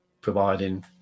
providing